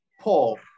Paul